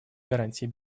гарантии